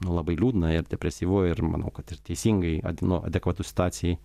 labai liūdna ir depresyvu ir manau kad ir teisingai at nu adekvatu situacijai